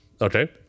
Okay